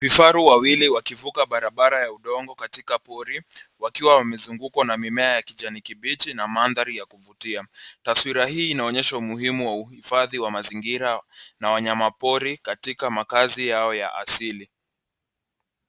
Vifaru wawili wakifuka barabara ya udongo katika pori, wakiwa wamezungukwa na mimea ya kijani kibichi na mandhari ya kufutia. Taswira hii inaonyesha umuhimu wa uhifadhi wa mazingira ya wanyamapori katika makazi yao ya asili.